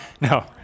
No